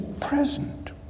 present